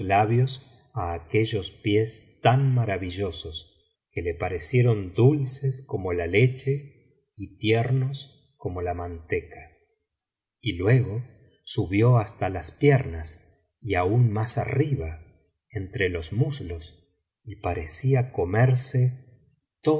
á aquellos pies tan maravillosos que le parecieron dulces como la leche y tiernos como la manteca y luego subió hasta las piernas y aún más arriba entre los muslos y parecía comerse